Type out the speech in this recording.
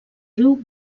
riu